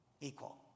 equal